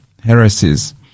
heresies